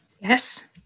Yes